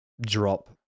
drop